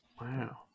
Wow